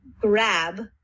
grab